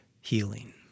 healing